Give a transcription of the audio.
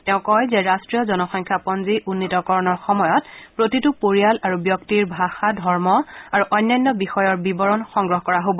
তেওঁ কয় যে ৰাষ্ট্ৰীয় জনসংখ্যাপঞ্জী উন্নীতকৰণৰ সময়ত প্ৰতিটো পৰিয়াল আৰু ব্যক্তিৰ ভাষা ধৰ্ম আৰু অন্যান্য বিষয়ৰ বিৱৰণ সংগ্ৰহ কৰা হ'ব